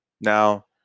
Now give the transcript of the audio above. Now